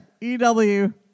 Ew